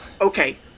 Okay